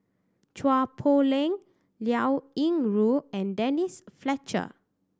Chua Poh Leng Liao Yingru and Denise Fletcher